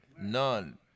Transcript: None